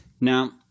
Now